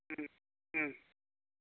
ம் ம்